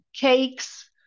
cakes